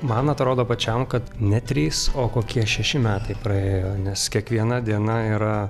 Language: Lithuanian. man atrodo pačiam kad ne trys o kokie šeši metai praėjo nes kiekviena diena yra